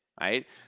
right